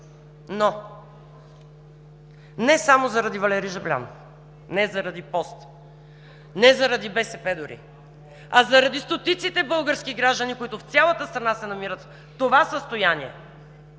Не само заради Валери Жаблянов, не заради поста, не заради БСП дори, а заради стотиците български граждани, които в цялата страна се намират в това състояние,